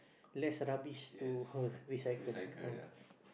less rubbish to recycle